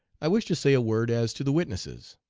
i wish to say a word as to the witnesses.